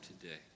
today